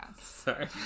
sorry